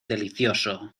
delicioso